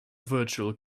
virtual